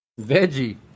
Veggie